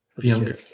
younger